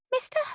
Mr